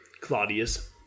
Claudius